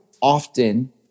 often